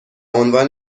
عنوان